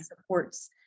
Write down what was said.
supports